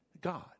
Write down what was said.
God